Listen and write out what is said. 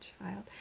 child